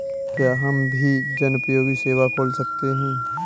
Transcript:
क्या हम भी जनोपयोगी सेवा खोल सकते हैं?